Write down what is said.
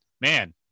man